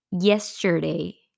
yesterday